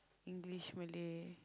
English Malay